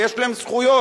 ויש להם זכויות,